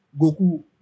Goku